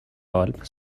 آلپ